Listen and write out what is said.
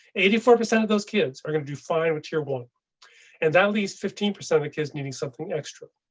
eighty four percent of those kids are going to do fine with tier one and at least fifteen percent of kids needing something extra.